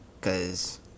cause